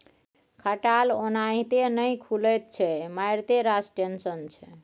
खटाल ओनाहिते नहि खुलैत छै मारिते रास टेंशन छै